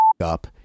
up